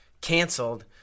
canceled